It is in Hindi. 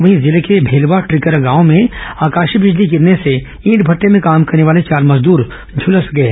वहीं जिले के भेलवा टिकरा गांव में आकाशीय बिजली गिरने से ईट भट्टे में काम करने वाले चार मजदूर झुलस गए